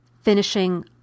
finishing